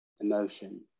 emotion